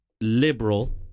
liberal